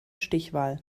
stichwahl